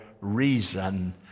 reason